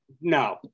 no